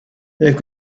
they